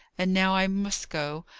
and now i must go!